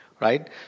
right